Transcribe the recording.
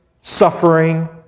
suffering